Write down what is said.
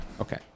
Okay